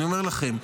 אני אומר לכם,